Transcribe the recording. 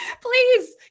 Please